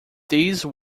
these